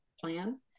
plan